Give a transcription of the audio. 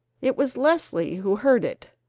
it was leslie who heard it.